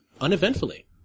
uneventfully